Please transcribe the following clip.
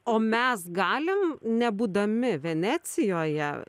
o mes galim nebūdami venecijoje